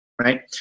right